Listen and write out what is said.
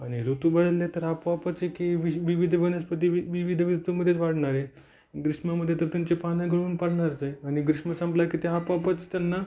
आणि ऋतू बदलले तर आपोआपच हे की वीज विविध वनस्पती वि विविध वस्तूंमध्येच वाढणार आहेत ग्रीष्मामध्ये तर त्यांची पानं गळून पडणारच आहेत आणि ग्रीष्म संपला की ते आपोआपच त्यांना